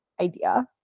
idea